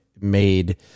made